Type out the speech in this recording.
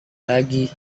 lagi